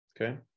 okay